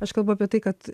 aš kalbu apie tai kad